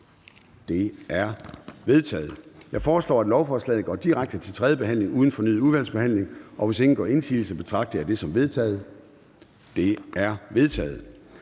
De er vedtaget. Jeg foreslår, at lovforslaget går direkte til tredje behandling uden fornyet udvalgsbehandling. Hvis ingen gør indsigelse, betragter jeg dette som vedtaget. Det er vedtaget.